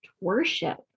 worship